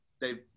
Dave